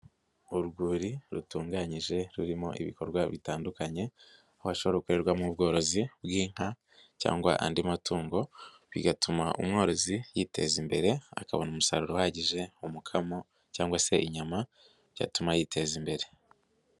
Urwuri rutunganyije rurimo ibikorwa bitandukanye aho hashobora gukorerwamo ubworozi bw'inka cyangwa andi matungo bigatuma umworozi yiteza imbere akabona umusaruro uhagije, umukamo cyangwa se inyama byatuma yiteza imbere.